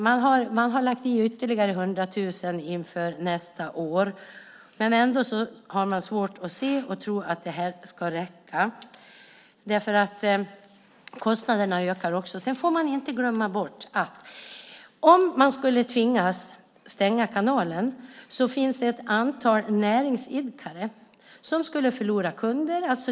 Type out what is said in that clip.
Man har skjutit till ytterligare 100 000 inför nästa år, men ändå har man svårt att tro att det ska räcka därför att kostnaderna också ökar. Man får heller inte glömma bort att om man skulle tvingas stänga kanalen finns det ett antal näringsidkare som skulle förlora kunder.